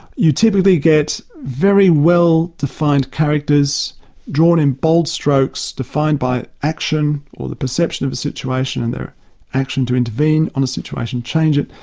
you typically get very well defined characters drawn in bold strokes defined by action or the perception of the situation and their action to intervene on a situation changing.